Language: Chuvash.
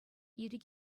ирӗк